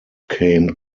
came